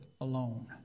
alone